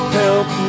help